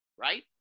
right